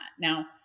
Now